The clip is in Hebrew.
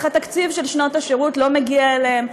איך התקציב של שנות השירות לא מגיע אליהם,